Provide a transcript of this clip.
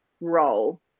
role